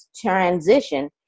transition